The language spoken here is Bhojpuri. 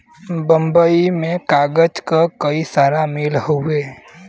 बम्बई में कागज क कई सारा मिल हउवे